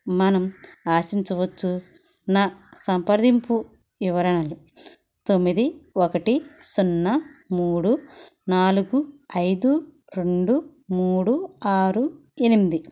మనం ఆశించవచ్చు నా సంప్రదింపు వివరాలు తొమ్మిది ఒకటి సున్నా మూడు నాలుగు ఐదు రెండు మూడు ఆరు ఎనిమిది